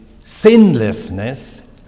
sinlessness